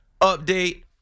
update